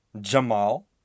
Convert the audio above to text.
Jamal